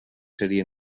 seria